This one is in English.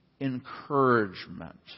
encouragement